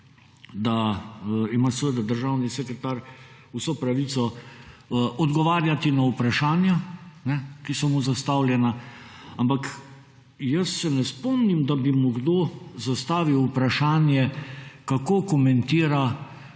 da ima seveda državni sekretar vso pravico odgovarjati na vprašanja, ki so mu zastavljena, ampak jaz se ne spomnim, da bi mu kdo zastavil vprašanje, kako komentira